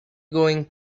going